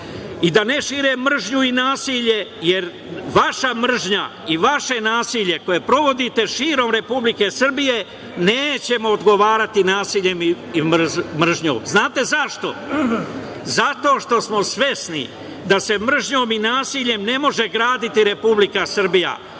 i da ne šire mržnju i nasilje, jer vaša mržnja i vaše nasilje koje provodite širom Republike Srbije nećemo odgovarati nasiljem i mržnjom. Znate zašto? Zato što smo svesni da se mržnjom i nasiljem na može graditi Republika Srbija.